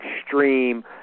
extreme